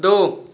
दो